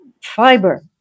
fiber